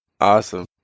Awesome